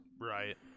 right